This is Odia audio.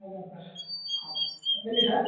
ଆଜ୍ଞା ସାର୍ ହଉ ରହିଲି ସାର୍